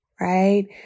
right